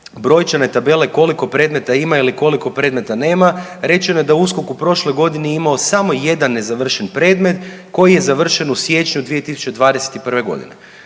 brojčane tabele koliko predmeta ima ili koliko predmeta nema, rečeno je da je USKOK u prošloj godini imao samo jedan nezavršen predmet koji je završen u siječnju 2021. godine.